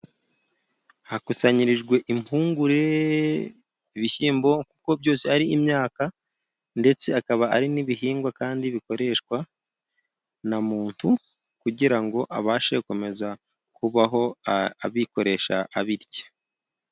Hakusanyirijwe impungure, ibishyimbo, kuko byose ari imyaka, ndetse akaba ari n'ibihingwa kandi bikoreshwa na muntu, kugira ngo abashe gukomeza kubaho abikoresha abirya.